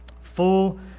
full